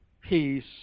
peace